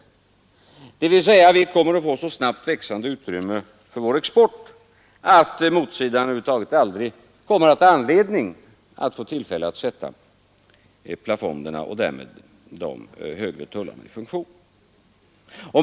Vi skulle få ett så snabbt växande utrymme för vår export att motsidan över huvud taget aldrig kommer att ha anledning att sätta plafonderna och därmed de högre tullarna i funktion.